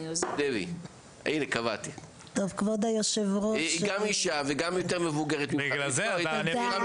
היא גם אישה וגם יותר צעירה ממך.